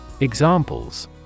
Examples